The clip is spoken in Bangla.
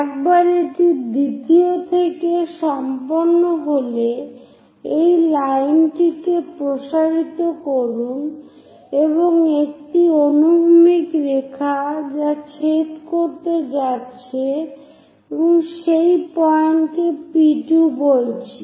একবার এটি দ্বিতীয় থেকে সম্পন্ন হলে এই লাইনটি কে প্রসারিত করুন এবং একটি অনুভূমিক রেখা যা ছেদ করতে যাচ্ছে এবং সেই পয়েন্টকে P2 বলছি